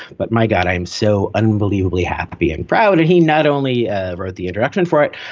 but my god, i'm so unbelievably happy and proud. and he not only ah wrote the interaction for it,